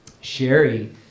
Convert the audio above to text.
Sherry